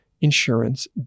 insurance